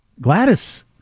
Gladys